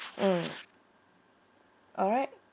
mm alright